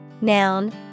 Noun